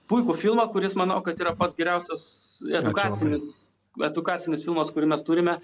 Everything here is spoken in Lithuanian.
puikų filmą kuris manau kad yra pats geriausias edukacinis edukacinis filmas kurį mes turime